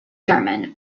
german